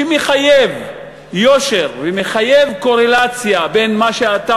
שמחייב יושר ומחייב קורלציה בין מה שאתה